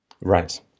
Right